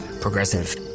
Progressive